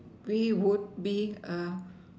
we would be